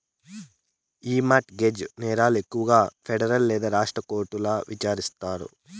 ఈ mortgage నేరాలు ఎక్కువగా పెడరల్ లేదా రాష్ట్ర కోర్టుల్ల విచారిస్తాండారు